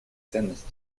ценностей